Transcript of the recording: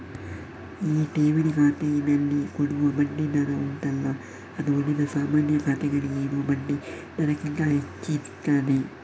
ಈ ಠೇವಣಿ ಖಾತೆನಲ್ಲಿ ಕೊಡುವ ಬಡ್ಡಿ ದರ ಉಂಟಲ್ಲ ಅದು ಉಳಿದ ಸಾಮಾನ್ಯ ಖಾತೆಗಳಿಗೆ ಇರುವ ಬಡ್ಡಿ ದರಕ್ಕಿಂತ ಹೆಚ್ಚಿರ್ತದೆ